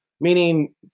meaning